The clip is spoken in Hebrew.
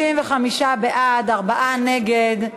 35 בעד, ארבעה נגד.